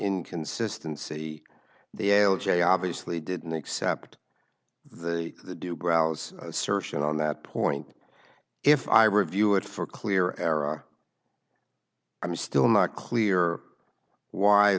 inconsistency the l j obviously didn't except the the do browse assertion on that point if i review it for clear era i'm still not